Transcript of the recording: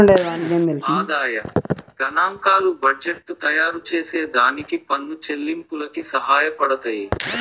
ఆదాయ గనాంకాలు బడ్జెట్టు తయారుచేసే దానికి పన్ను చెల్లింపులకి సహాయపడతయ్యి